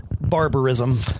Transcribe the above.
barbarism